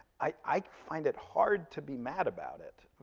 i find it hard to be mad about it.